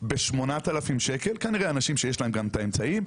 היא מצאה עבודה ב-8,000 שקלים כנראה שאנשים שיש להם את האמצעים.